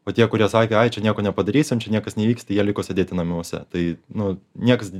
o tie kurie sakė ai čia nieko nepadarysim čia niekas neįvyks jie liko sėdėti namuose tai nu niekas